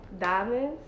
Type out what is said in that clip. Diamonds